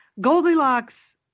Goldilocks